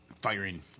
Firing